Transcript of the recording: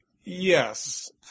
Yes